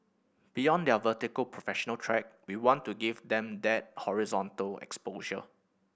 beyond their vertical professional track we want to give them that horizontal exposure